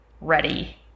ready